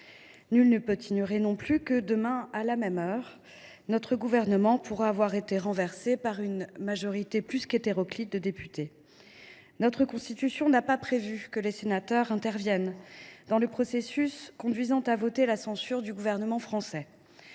Nul ne peut ignorer non plus que, demain, à la même heure, notre gouvernement pourra avoir été renversé par une majorité plus qu’hétéroclite de députés. Notre Constitution n’a pas prévu que les sénateurs interviennent dans le processus conduisant à voter la censure du Gouvernement.